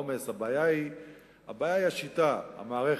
הבעיה היא השיטה, המערכת.